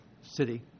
city